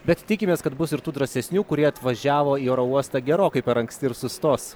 bet tikimės kad bus ir tų drąsesnių kurie atvažiavo į oro uostą gerokai per anksti ir sustos